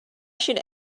should